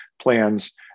plans